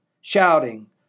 shouting